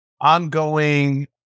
ongoing